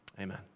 amen